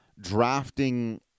drafting